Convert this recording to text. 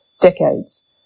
decades